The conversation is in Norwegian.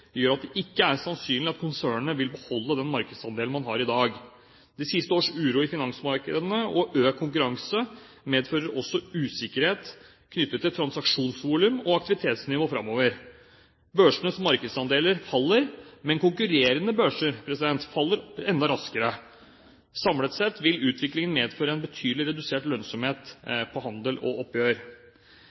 gjør at det ikke er sannsynlig at konsernet vil beholde den markedsandelen vi har i dag. De siste års uro i finansmarkedene og økt konkurranse medfører usikkerhet knyttet til transaksjonsvolumer og aktivitetsnivå fremover.» Børsenes markedsandeler faller, men konkurrerende børser faller enda raskere. Samlet sett vil utviklingen «medføre en betydelig redusert lønnsomhet på handel og oppgjør».